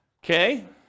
Okay